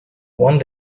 one